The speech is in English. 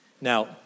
Now